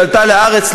שעלתה לארץ,